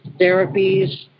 therapies